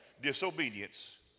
disobedience